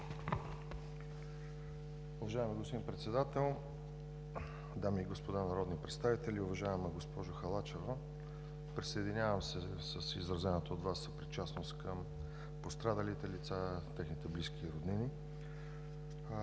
Уважаеми господин Председател, дами и господа народни представители! Уважаема госпожо Халачева, присъединявам се към изразената от Вас съпричастност към пострадалите лица, техните близки и роднини.